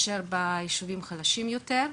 ביחס ליישובים מאשכולות חלשים יותר.